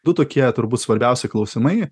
du tokie turbūt svarbiausi klausimai